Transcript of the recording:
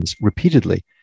repeatedly